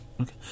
Okay